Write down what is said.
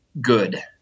good